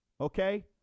okay